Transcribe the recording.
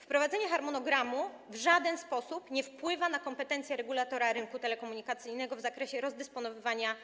Wprowadzenie harmonogramu w żaden sposób nie wpływa na kompetencje regulatora rynku telekomunikacyjnego w zakresie rozdysponowywania